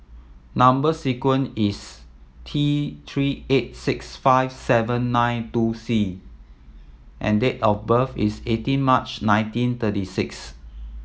number sequence is T Three eight six five seven nine two C and date of birth is eighteen March nineteen thirty six